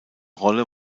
rolle